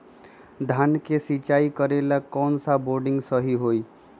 धान के सिचाई करे ला कौन सा बोर्डिंग सही होई?